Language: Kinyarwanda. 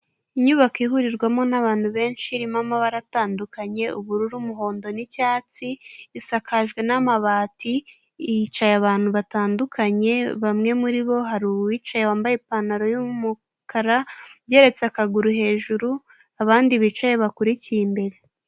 Inyubako ihurirwamo n'abantu benshi irimo amabara atandukanye ubururu, umuhondo n'icyatsi isakajwe n'amabati hicaye abantu batandukanye bamwe muribo hari uwicaye wambaye ipantaro y'umukara yeretse akaguru hejuru abandi bicaye bakurikiye imbere.